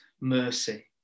mercy